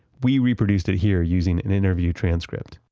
we reproducted it here using an interview transcript.